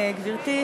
גברתי,